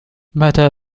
متى